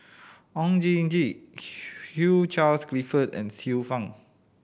Oon Jin Gee Hugh Charles Clifford and Xiu Fang